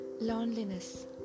loneliness